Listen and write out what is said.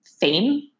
fame